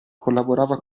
collaborava